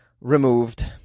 removed